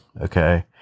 okay